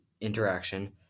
interaction